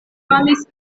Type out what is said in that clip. famis